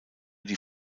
die